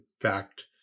fact